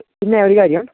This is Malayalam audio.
പിന്നെ ഒരു കാര്യം